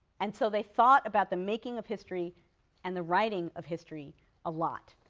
and so they thought about the making of history and the writing of history a lot.